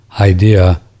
idea